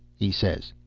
he says.